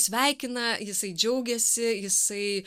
sveikina jisai džiaugiasi jisai